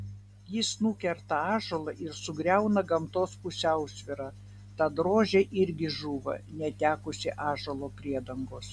jis nukerta ąžuolą ir sugriauna gamtos pusiausvyrą tad rožė irgi žūva netekusi ąžuolo priedangos